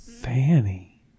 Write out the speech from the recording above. Fanny